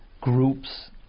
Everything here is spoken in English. groups